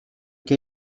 que